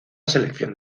selección